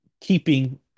keeping